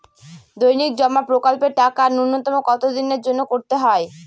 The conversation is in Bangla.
দৈনিক জমা প্রকল্পের টাকা নূন্যতম কত দিনের জন্য করতে হয়?